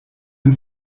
ein